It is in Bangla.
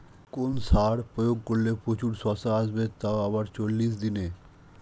কোন সার প্রয়োগ করলে প্রচুর শশা আসবে তাও আবার চল্লিশ দিনে?